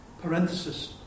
parenthesis